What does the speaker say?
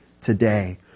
today